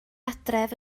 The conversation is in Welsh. adref